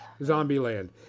Zombieland